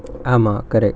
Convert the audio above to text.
ஆமா:aamaa correct